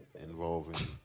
involving